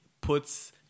puts